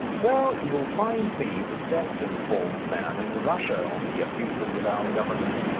well, you will find me the best informed man in russia on the abuses of our government.